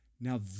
Now